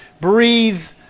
breathe